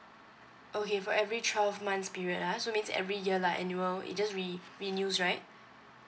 okay for every twelve months period ah so means every year lah annual it just re~ renews right